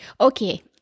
Okay